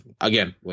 again